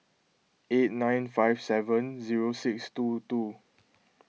eight nine five seven zero six two two